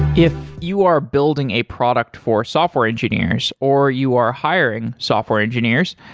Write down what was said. if you are building a product for software engineers, or you are hiring software engineers,